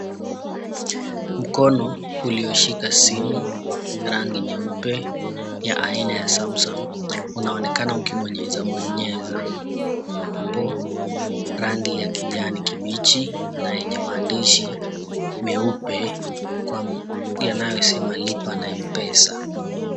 Mkono ulioshika simu rangi nyeupe ya aina ya Samsung unaonekana ukibonyeza-bonyeza. Kuna app rangi ya kijani kibichi yenye maandishi meupe yanayosema Lipa na M-Pesa.